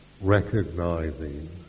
recognizing